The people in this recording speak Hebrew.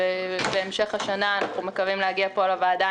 ובהמשך השנה אנחנו מקווים להגיע לפה לוועדה